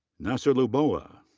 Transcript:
nasser lubowa.